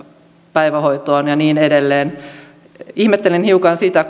päivähoitoon ja niin edelleen ihmettelen hiukan sitä